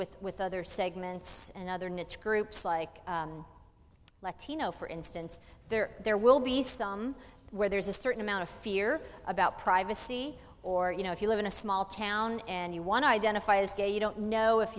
with with other segments and other niche groups like latino for instance there there will be some where there's a certain amount of fear about privacy or you know if you live in a small town and you want to identify as gay you don't know if